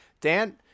Dan